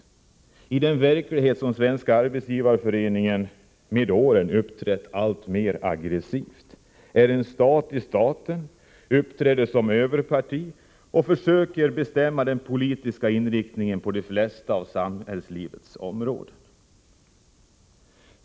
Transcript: Den verkligheten präglas av att Svenska arbetsgivareföreningen med åren har uppträtt alltmer aggressivt, är en stat i staten, uppträder som överparti och försöker bestämma den politiska inriktningen på de flesta av samhällets områden.